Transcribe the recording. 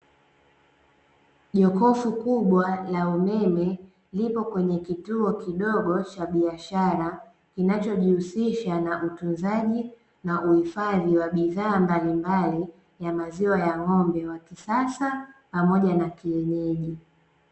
Jokofu kubwa la umeme lipo kwenye kituo kidogo cha biashara kinachojihusisha na utunzaji na uhifadhi wa bidhaa mbalimbali ya maziwa ya ng'ombe wa kisasa pamoja na kienyeji.